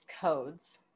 codes